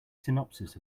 synopsis